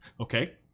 Okay